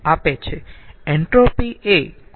entropy એ ખુબ જ અનોખો ગુણધર્મ છે